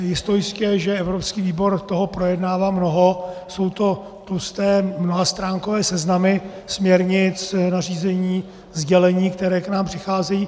Jistojistě, že evropský výbor toho projednává mnoho, jsou to tlusté, mnohastránkové seznamy směrnic, nařízení, sdělení, které k nám přicházejí.